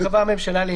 "הממשלתי".